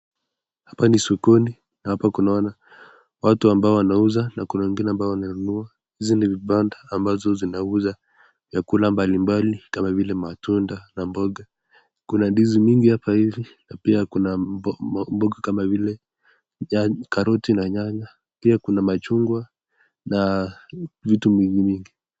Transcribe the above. Hapa ni sokoni na hapa tunaona kuna watu ambao wanuza, kuna wengine ambao wananunua hizi ni vibanda ambazo zinauza vyakula mbalimbali kama vile matunda na mboga , kuna ndizi mingi hapa ivi pia kuna mboga kama vile karoti na nyanya pia kuna machungwa na vitu mingi mingi.